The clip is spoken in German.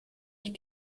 ich